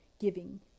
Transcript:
giving